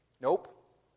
Nope